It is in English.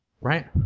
right